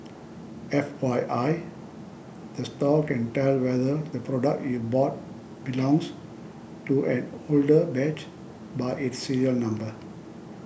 F Y I the store can tell whether the product you bought belongs to an older batch by its serial number